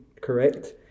correct